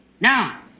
Now